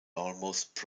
almost